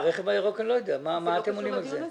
מה אתם עונים על זה?